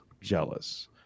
jealous